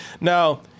Now